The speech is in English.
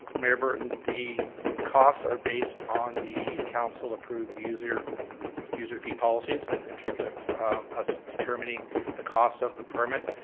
mayor burton, the costs are based on the council approved user user fee policies and in terms of us determining the cost of the permit.